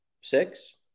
six